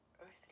earthly